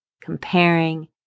comparing